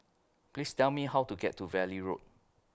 Please Tell Me How to get to Valley Road